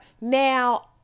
Now